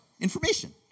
Information